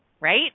right